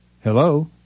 Hello